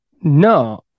no